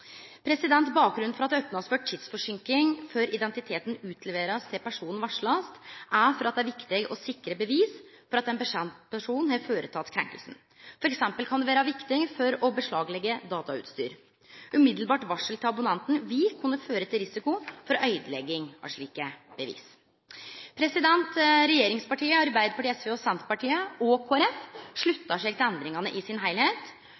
nett. Bakgrunnen for at det kan opnast for tidsforseinkingar frå identiteten utleverast til personen blir varsla, er at det er viktig å sikre bevis for at ein bestemt person har gjort krenkinga. For eksempel kan det vere viktig for å beslaglegge datautstyr. Direkte varsel til abonnenten vil kunne føre til risiko for øydelegging av slike bevis. Regjeringspartia – Arbeidarpartiet, SV og Senterpartiet – og Kristeleg Folkeparti sluttar seg til endringane i sin